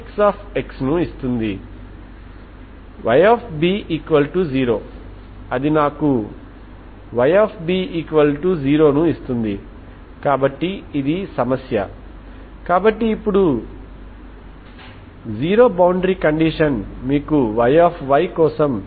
మరియు eigen function అయిన వీటిని Xnxcos μx cos nπLx అని పిలుద్దాం ఇప్పుడు రెండు సందర్భాలలో n123